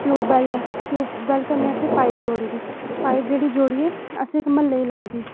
tube well tube well चा असें pipe जोड़ी दी पाइप जेह्ड़ी जोह्ड़ी असें इक म्हल्लै ई लाई दी